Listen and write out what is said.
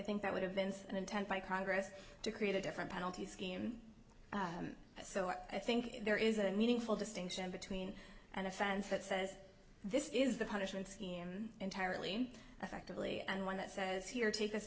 think that would have been an intent by congress to create a different penalty scheme so i think there is a meaningful distinction between an offense that says this is the punishment scheme entirely effectively and one that says here take this